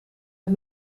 het